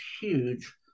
huge